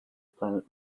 planet